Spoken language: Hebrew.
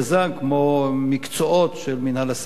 כמו מקצועות של מינהל עסקים,